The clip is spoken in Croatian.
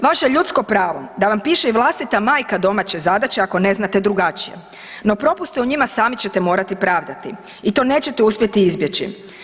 Vaše je ljudsko pravo da vam piše i vlastita majka domaće zadaće ako ne znate drugačije, no propuste u njima sami ćete morati pravdati i to nećete uspjeti izbjeći.